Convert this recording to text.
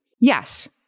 Yes